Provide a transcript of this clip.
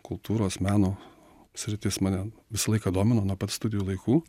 kultūros meno sritis mane visą laiką domino nuo pat studijų laikų